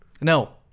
No